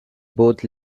both